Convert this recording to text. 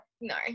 no